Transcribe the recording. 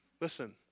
listen